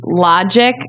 logic